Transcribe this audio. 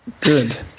Good